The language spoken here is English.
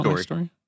story